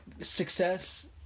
success